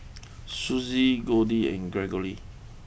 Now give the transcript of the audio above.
Susie Goldie and Greggory